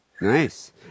Nice